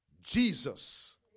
Jesus